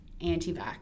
anti-vax